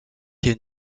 est